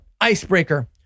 icebreaker